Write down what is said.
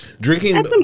Drinking